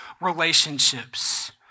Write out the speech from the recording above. relationships